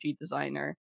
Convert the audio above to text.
designer